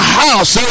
house